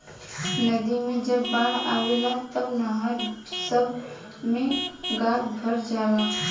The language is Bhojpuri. नदी मे जब बाढ़ आवेला तब नहर सभ मे गाद भर जाला